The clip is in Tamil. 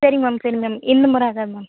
சரிங் மேம் சரிங் மேம் இந்த முறை ஆகாது மேம்